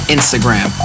Instagram